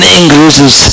increases